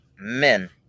men